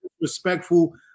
respectful